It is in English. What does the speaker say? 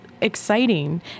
exciting